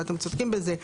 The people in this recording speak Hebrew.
ואתם צודקים בזה,